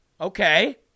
Okay